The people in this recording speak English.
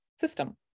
system